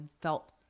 felt